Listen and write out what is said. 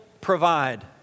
provide